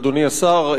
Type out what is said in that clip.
אדוני השר,